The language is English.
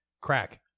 crack